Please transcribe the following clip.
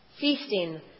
feasting